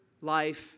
life